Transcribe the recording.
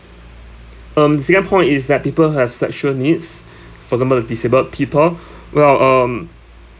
um the second point is that people who have sexual needs for example disabled people well um